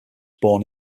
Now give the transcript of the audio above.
born